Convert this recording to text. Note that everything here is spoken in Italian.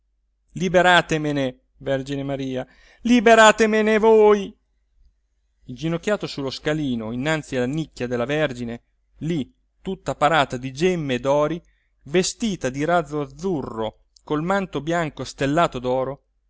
liberatemene vergine maria liberatemene voi inginocchiato sullo scalino innanzi alla nicchia della vergine lì tutta parata di gemme e d'ori vestita di raso azzurro col manto bianco stellato